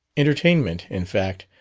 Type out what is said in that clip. entertainment, in fact,